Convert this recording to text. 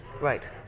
Right